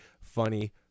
funny